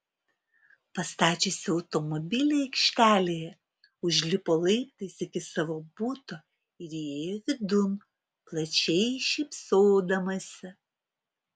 pastačiusi automobilį aikštelėje užlipo laiptais iki savo buto ir įėjo vidun plačiai šypsodamasi